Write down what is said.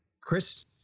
Chris